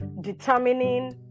determining